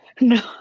no